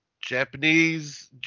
japanese